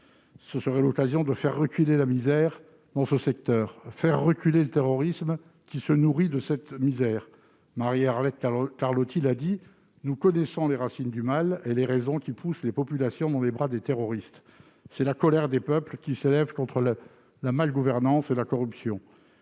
Ce serait l'occasion de faire reculer la misère dans cette région et, par là même, de faire reculer le terrorisme qui se nourrit de cette situation. Marie-Arlette Carlotti l'a souligné : nous connaissons les racines du mal et les raisons qui poussent les populations dans les bras des terroristes. C'est la colère des peuples, qui s'élèvent contre la mal-gouvernance et la corruption.